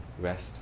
rest